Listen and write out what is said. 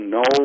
no